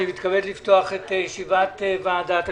אני מתכבד לפתוח את ישיבת ועדת הכספים.